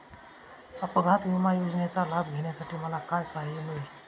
अपघात विमा योजनेचा लाभ घेण्यासाठी मला काय सहाय्य मिळेल?